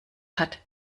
hat